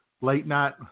late-night